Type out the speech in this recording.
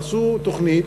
עשו תוכנית